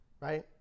right